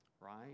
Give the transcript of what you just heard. Right